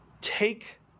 take